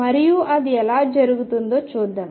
మరి అది ఎలా జరుగుతుందో చూద్దాం